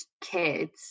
kids